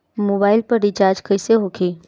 Mobile पर recharge कैसे होखी?